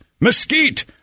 mesquite